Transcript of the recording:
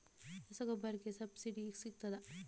ರಸಗೊಬ್ಬರಕ್ಕೆ ಸಬ್ಸಿಡಿ ಸಿಗ್ತದಾ?